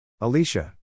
Alicia